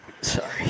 sorry